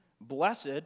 Blessed